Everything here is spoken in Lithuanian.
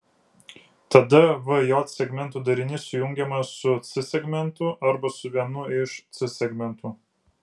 tada v j segmentų darinys sujungiamas su c segmentu arba su vienu iš c segmentų